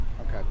Okay